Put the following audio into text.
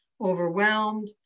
overwhelmed